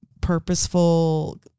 purposeful